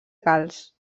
calç